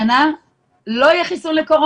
חבר'ה, בואו, השנה לא יהיה חיסון לקורונה.